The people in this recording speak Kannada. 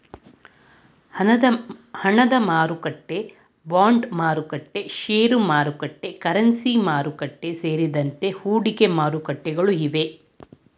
ಹಣದಮಾರುಕಟ್ಟೆ, ಬಾಂಡ್ಮಾರುಕಟ್ಟೆ, ಶೇರುಮಾರುಕಟ್ಟೆ, ಕರೆನ್ಸಿ ಮಾರುಕಟ್ಟೆ, ಸೇರಿದಂತೆ ಹೂಡಿಕೆ ಮಾರುಕಟ್ಟೆಗಳು ಇವೆ